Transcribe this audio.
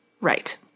Right